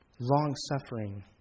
long-suffering